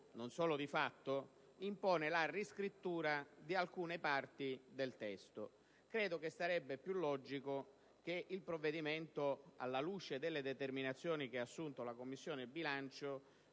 non solo di fatto - impone la riscrittura di alcune parti del testo: reputo più logico che il provvedimento, alla luce delle determinazioni assunte dalla Commissione bilancio,